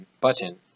button